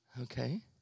Okay